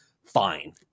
fine